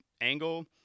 angle